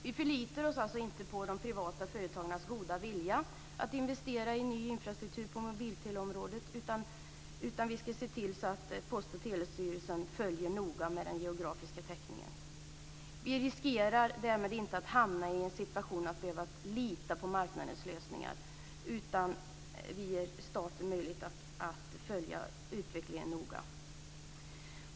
Vi förlitar oss alltså inte på de privata företagens goda vilja att investera i ny infrastruktur på mobilteleområdet, utan vi ska se till att Post och telestyrelsen noga följer den geografiska täckningen. Vi riskerar därmed inte att hamna i en situation att behöva lita på marknadens lösningar, utan vi ger staten möjlighet att följa utvecklingen noga.